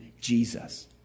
Jesus